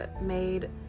made